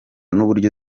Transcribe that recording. n’uburyo